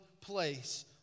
place